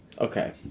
Okay